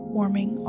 warming